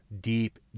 deep